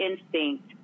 instinct